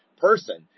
person